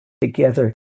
together